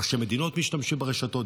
ראשי מדינות משתמשים ברשתות,